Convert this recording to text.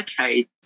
okay